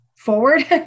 forward